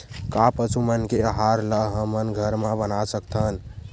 का पशु मन के आहार ला हमन घर मा बना सकथन?